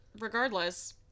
regardless